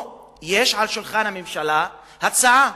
יש על שולחן הממשלה הצעה,